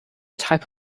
type